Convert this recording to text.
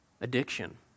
addiction